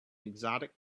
exotic